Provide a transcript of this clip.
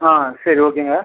ஆமாம் சரி ஓகேங்க